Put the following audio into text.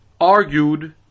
argued